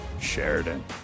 Sheridan